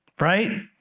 Right